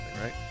right